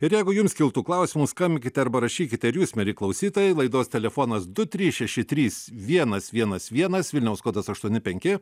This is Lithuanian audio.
ir jeigu jums kiltų klausimų skambinkite arba rašykite ir jūs mieli klausytojai laidos telefonas du trys šeši trys vienas vienas vienas vilniaus kodas aštuoni penki